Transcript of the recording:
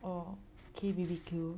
orh K B_B_Q